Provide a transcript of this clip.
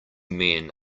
men